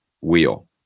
wheel